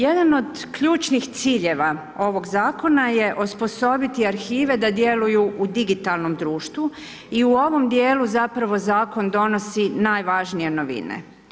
Jedan od ključnih ciljeva ovog zakona je osposobiti arhive da djeluju u digitalnom društvu i u ovom dijelu zapravo zakon donosi najvažnije novine.